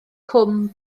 cwm